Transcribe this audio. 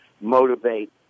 motivate